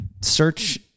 search